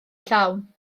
llawn